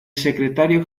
secretario